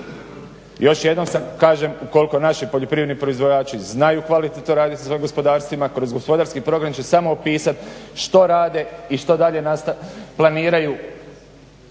Još jednom kažem, ukoliko naši poljoprivredni proizvođači znaju kvalitetno raditi sa gospodarstvima, kroz gospodarski program će samo pisat što rade i što dalje planiraju